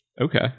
Okay